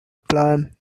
plan